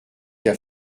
qu’à